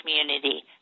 community